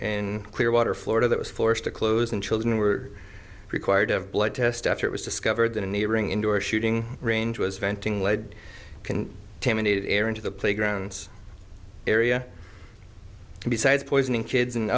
in clearwater florida that was forced to close and children were required to have blood test after it was discovered in a neighboring indoor shooting range was venting led can tame and even to the playgrounds area besides poisoning kids and